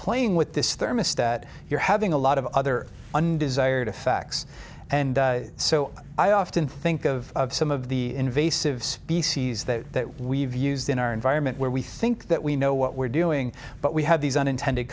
playing with this thermostat you're having a lot of other undesired effects and so i often think of some of the invasive species that we've used in our environment where we think that we know what we're doing but we have these unintended